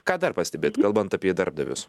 ką dar pastebit kalbant apie darbdavius